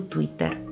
Twitter